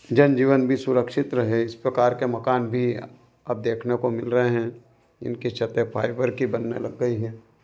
जन जीवन भी सुरक्षित रहे इस प्रकार के मकान भी अब देखने को मिल रहे हैं इनकी छतें फाइबर के बनने लग गई हैं